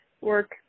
work